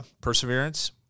perseverance